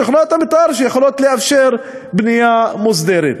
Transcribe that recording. תוכניות המתאר שיכולות לאפשר בנייה מוסדרת.